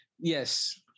Yes